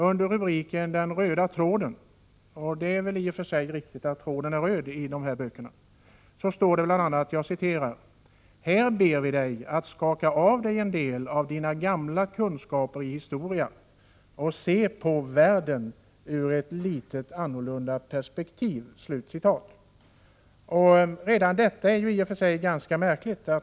Under rubriken Den röda tråden — och det är i och för sig riktigt att tråden i de här böckerna är röd — står det bl.a.: ”Här ber vi dig att skaka av dig en del av dina gamla kunskaper i historia och se på världen ur ett lite annorlunda perspektiv.” Redan detta är ganska märkligt.